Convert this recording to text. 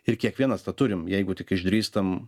ir kiekvienas tą turim jeigu tik išdrįstam